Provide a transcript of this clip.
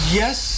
yes